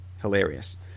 hilarious